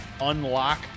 unlock